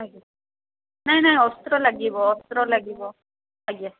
ଆଜ୍ଞା ନାଇଁ ନାଇଁ ଅସ୍ତ୍ର ଲାଗିବ ଅସ୍ତ୍ର ଲାଗିବ ଆଜ୍ଞା